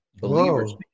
believers